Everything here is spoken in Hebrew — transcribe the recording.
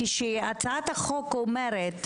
שכשהצעת החוק אומרת